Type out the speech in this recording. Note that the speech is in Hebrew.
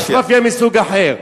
יש מאפיה מסוג אחר.